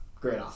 Great